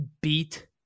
beat